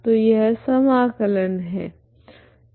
तो यह समाकलन है